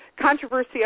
Controversy